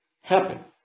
happen